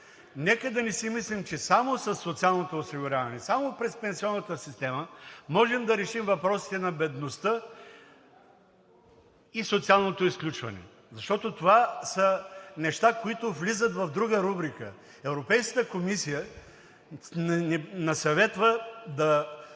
Нека да не си мислим, че само със социалното осигуряване, само през пенсионната система, можем да решим въпросите на бедността и социалното изключване, защото това са неща, които влизат в друга рубрика. Европейската комисия ни съветва да